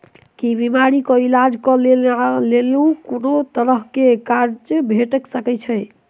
की बीमारी कऽ इलाज कऽ लेल कोनो तरह कऽ कर्जा भेट सकय छई?